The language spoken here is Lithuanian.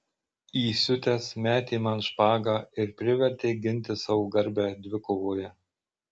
įsiutęs metė man špagą ir privertė ginti savo garbę dvikovoje